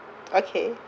okay